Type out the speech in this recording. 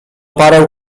parę